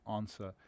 answer